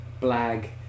blag